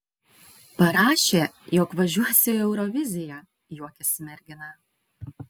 parašė jog važiuosiu į euroviziją juokėsi mergina